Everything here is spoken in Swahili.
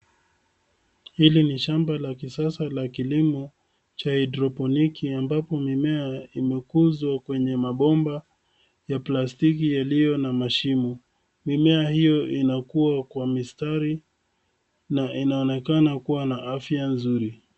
Hili ni shamba la kisasa la kilimo cha haidroponiki ambapo mimea imekuzwa kwenye mabomba ya plastiki yaliyo na mashimo. aMimea hiyo inakua kwa mistari na inaonekana kuwa na afya nzuri.